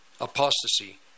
apostasy